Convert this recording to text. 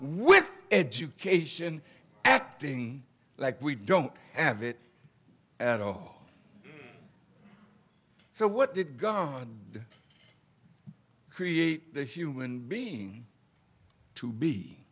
with education acting like we don't have it at all so what did gunn create the human being to be